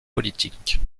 politiques